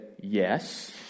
yes